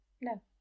No